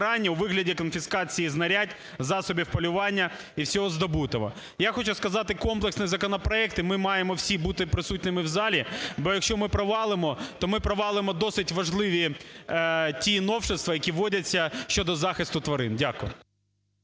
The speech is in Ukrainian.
у вигляді конфіскації знарядь засобів полювання і всього здобутого. Я хочу сказати, комплексний законопроект, і ми маємо всі бути присутніми в залі, бо якщо ми провалимо, то ми провалимо досить важливі ті новшества, які вводяться щодо захисту тварин. Дякую.